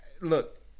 look